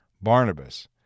Barnabas